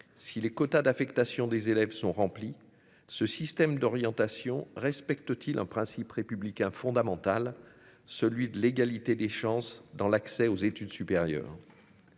si les quotas d'affectation des élèves sont remplies, ce système d'orientation respecte-t-il un principe républicain fondamental, celui de l'égalité des chances dans l'accès aux études supérieures.